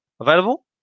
available